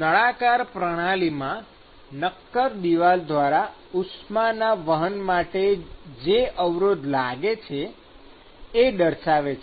નળાકાર પ્રણાલીમાં નક્કર દિવાલ દ્વારા ઉષ્માના વહન માટે જે અવરોધ લાગે છે એ દર્શાવે છે